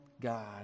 God